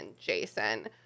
Jason